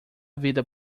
vida